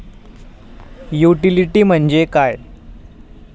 Utility म्हणजे काय?